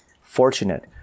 fortunate